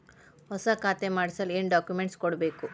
ಹೊಸ ಖಾತೆ ಮಾಡಿಸಲು ಏನು ಡಾಕುಮೆಂಟ್ಸ್ ಕೊಡಬೇಕು?